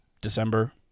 December